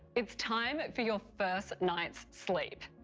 it's time for your first night's sleep.